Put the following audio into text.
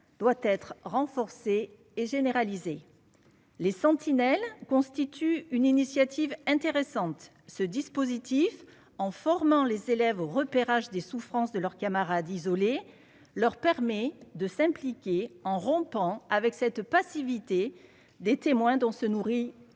doit être renforcée et généraliser les sentinelles constitue une initiative intéressante ce dispositif en formant les élèves au repérage des souffrances de leurs camarades leur permet de s'impliquer en rompant avec cette passivité des témoins dont se nourrit